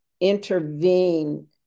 intervene